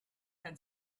had